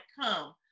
come